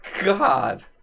god